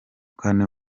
kane